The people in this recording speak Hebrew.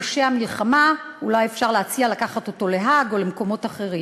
ואז כבר אולי תוכל להשיב, במקום שתרד.